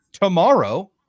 tomorrow